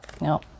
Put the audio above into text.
no